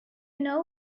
know